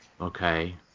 Okay